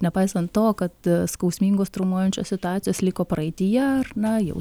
nepaisant to kad skausmingos traumuojančios situacijos liko praeityje ar na jau